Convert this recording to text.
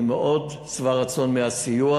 אני מאוד שבע רצון מהסיוע,